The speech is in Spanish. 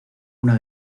una